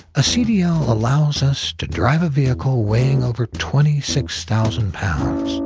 a cdl allows us to drive a vehicle weighing over twenty six thousand pounds.